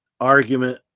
argument